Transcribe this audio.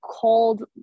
cold